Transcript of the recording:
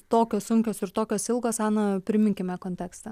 tokios sunkios ir tokios ilgos ana priminkime kontekstą